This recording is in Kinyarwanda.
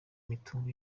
imitungo